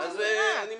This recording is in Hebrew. אז אני מצטער,